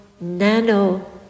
nano